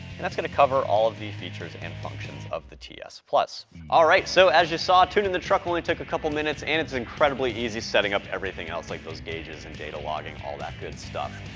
and that's gonna cover all of the features and functions of the ts. all right. so as you saw, tuning the truck only took a couple minutes, and it's incredibly easy setting up everything else, like those gauges and data logging, all that good stuff.